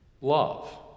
Love